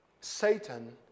Satan